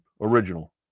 original